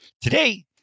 Today